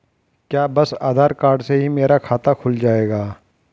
क्या बस आधार कार्ड से ही मेरा खाता खुल जाएगा?